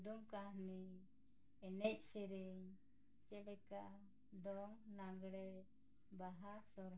ᱠᱩᱫᱩᱢ ᱠᱟᱹᱦᱱᱤ ᱮᱱᱮᱡ ᱥᱮᱨᱮᱧ ᱡᱮᱞᱮᱠᱟ ᱫᱚᱝ ᱞᱟᱜᱽᱲᱮ ᱵᱟᱦᱟ ᱥᱚᱨᱦᱟᱭ